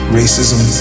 racism